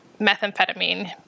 methamphetamine